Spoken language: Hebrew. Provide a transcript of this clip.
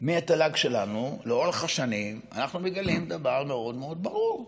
מהתל"ג שלנו לאורך השנים אנחנו מגלים דבר מאוד מאוד ברור: